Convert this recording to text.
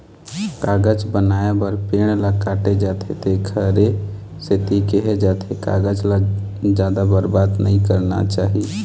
कागज बनाए बर पेड़ ल काटे जाथे तेखरे सेती केहे जाथे कागज ल जादा बरबाद नइ करना चाही